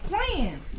playing